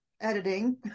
editing